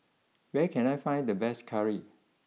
where can I find the best Curry